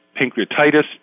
pancreatitis